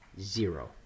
zero